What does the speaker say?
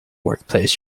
workplace